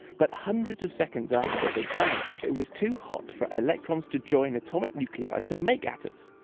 but hundreds of seconds after the big bang, it was too hot for electrons to join atomic nuclei to make atoms.